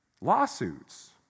lawsuits